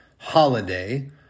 holiday